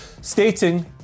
stating